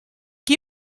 que